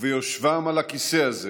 וביושבם על הכיסא הזה